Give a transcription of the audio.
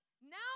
now